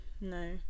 no